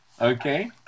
okay